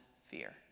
fear